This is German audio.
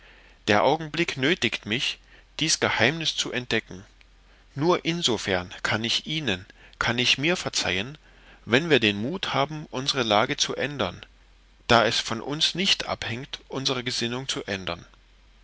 der augenblick nötigt mich dies geheimnis zu entdecken nur insofern kann ich ihnen kann ich mir verzeihen wenn wir den mut haben unsre lage zu ändern da es von uns nicht abhängt unsre gesinnung zu ändern